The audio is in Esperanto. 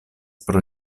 pro